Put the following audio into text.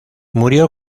murió